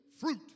fruit